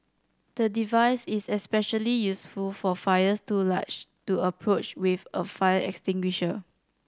the device is especially useful for fires too large to approach with a fire extinguisher